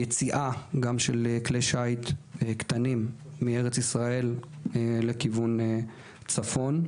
יש גם יציאה של כלי שיט קטנים מישראל לכיוון צפון,